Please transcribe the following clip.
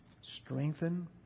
Strengthen